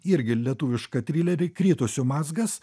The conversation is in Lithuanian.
irgi lietuvišką trilerį kritusių mazgas